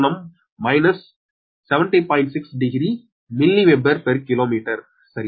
6 degree milli weber per kilometre சரியா